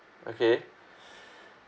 okay